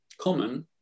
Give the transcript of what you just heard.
common